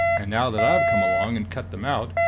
and now that i'm come along and cut them out,